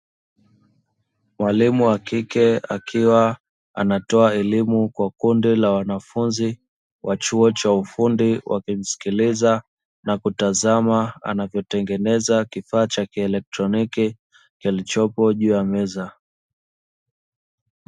Mwalimu wakike akiwa anatoa elimu kwa kundi la wanafunzi wa chuo cha ufundi, wakimsikiliza na kutazama anavyo tengeneza kifaa cha kieletroniki kilichopo juu ya meza.